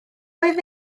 oedd